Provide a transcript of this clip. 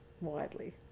widely